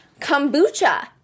kombucha